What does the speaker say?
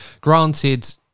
granted